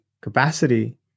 capacity